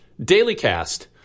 dailycast